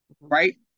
Right